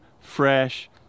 fresh